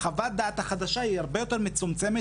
חוות הדעת החדשה הרבה יותר מצומצמת,